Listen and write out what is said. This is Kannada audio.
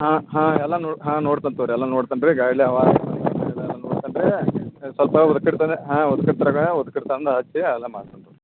ಹಾಂ ಹಾಂ ಎಲ್ಲ ನೋಡಿ ಹಾಂ ನೋಡ್ತೇನೆ ತಗೋರಿ ಎಲ್ಲ ನೋಡ್ತೇನೆ ರೀ ಈಗ ಎಲ್ಲ ನೋಡ್ತೇನೆ ರೀ ಸ್ವಲ್ಪ ಊದ್ಕಡ್ಡಿ ತನಿ ಹಾಂ ಊದ್ಕಡ್ಡಿ ತರಾಕ ಊದ್ಕಡ್ಡಿ ತಗಂಡು ಹಚ್ಚಿ ಎಲ್ಲ ಮಾಡ್ತೇನೆ